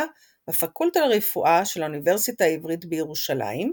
בפקולטה לרפואה של האוניברסיטה העברית בירושלים,